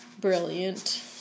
brilliant